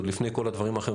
עוד לפני כל הדברים האחרים,